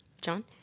John